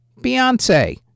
Beyonce